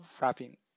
wrapping